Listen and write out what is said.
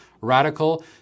radical